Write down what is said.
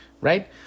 Right